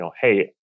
hey